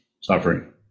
suffering